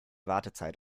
wartezeit